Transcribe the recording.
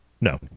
no